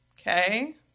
okay